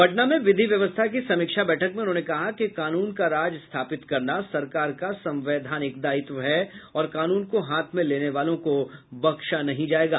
पटना में विधि व्यवस्था की समीक्षा बैठक में उन्होंने कहा कि कानून का राज स्थापित करना सरकार का संवैधानिक दायित्व है और कानून को हाथ में लेने वालों को बख्शा नहीं जायेगा